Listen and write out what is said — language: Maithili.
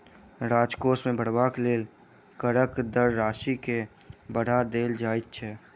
राजकोष के भरबाक लेल करक दर राशि के बढ़ा देल जाइत छै